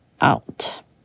out